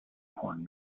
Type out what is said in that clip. porn